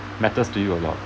matters to you a lot